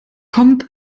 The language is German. kommt